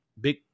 big